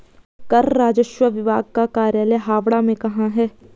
कर राजस्व विभाग का कार्यालय हावड़ा में कहाँ है?